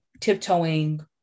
tiptoeing